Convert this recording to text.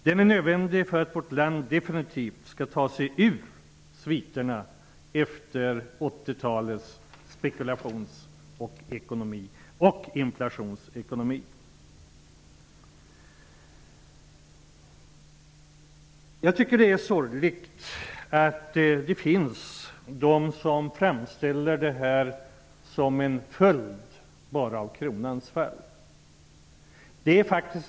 Den är nödvändig för att vårt land definitivt skall ta sig ur sviterna efter 80-talets spekulationsekonomi och inflationsekonomi. Det är sorgligt att det finns de som framställer det här som en följd bara av kronans fall.